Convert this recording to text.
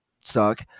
suck